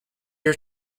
your